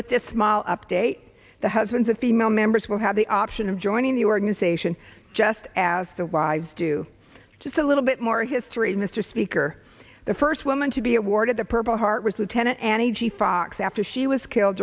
model update the husbands of female members will have the option of joining the organization just as the wives do just a little bit more history mr speaker the first woman to be awarded the purple heart was lieutenant annie g fox after she was killed